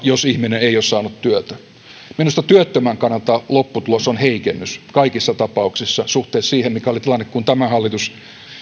jos ihminen ei ole saanut työtä minusta työttömän kannalta lopputulos on heikennys kaikissa tapauksissa suhteessa siihen mikä oli tilanne kun tämä hallitus